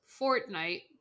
Fortnite